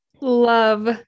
Love